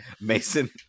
Mason